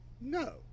no